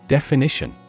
Definition